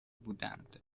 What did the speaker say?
بودند